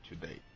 today